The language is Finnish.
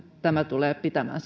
tämä tulee pitämään